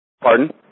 Pardon